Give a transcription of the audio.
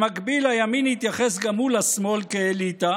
במקביל הימין התייחס גם הוא לשמאל כאליטה